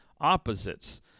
opposites